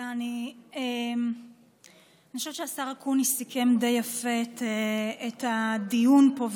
אני חושבת שהשר אקוניס סיכם די יפה את הדיון פה,